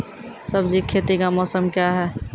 सब्जी खेती का मौसम क्या हैं?